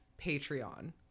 Patreon